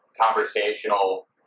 conversational